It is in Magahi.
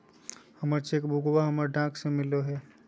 हमर चेक बुकवा हमरा डाक से मिललो हे